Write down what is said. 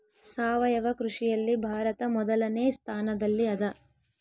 ಸಾವಯವ ಕೃಷಿಯಲ್ಲಿ ಭಾರತ ಮೊದಲನೇ ಸ್ಥಾನದಲ್ಲಿ ಅದ